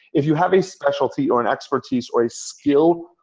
if you have a specialty or an expertise or a skill,